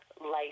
life